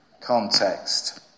context